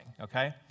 Okay